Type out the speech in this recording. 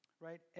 right